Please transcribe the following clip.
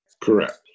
Correct